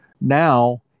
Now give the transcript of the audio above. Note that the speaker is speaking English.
Now